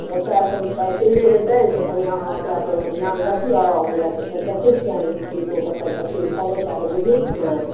बच्चा कनि तऽ अकेले होयतै तऽ कनि अहाँ ओकरा परमे ध्यान रखिऔ हम हैया देखैत छिअनि हिनको कतऽ छथिन फोने कए देबै बुझाइत छिअनि